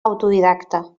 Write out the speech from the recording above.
autodidacte